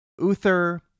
Uther